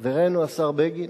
חברנו השר בגין,